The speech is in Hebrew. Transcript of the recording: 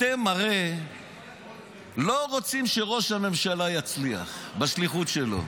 אתם הרי לא רוצים שראש הממשלה יצליח בשליחות שלו.